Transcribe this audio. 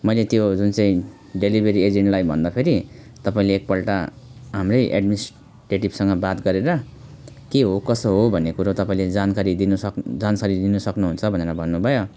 मैले त्यो जुन चाहिँ डेलिभरी एजेन्टलाई भन्दाफेरि तपाईँले एकपल्ट हाम्रो एडमिन्स्ट्रेटिभसँग बात गरेर के हो कसो हो भन्ने कुरो तपाईँले जानकारी दिनुसक्नु जानसारी दिनु सक्नुहुन्छ भनेर भन्नुभयो